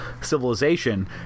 civilization